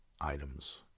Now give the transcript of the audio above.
items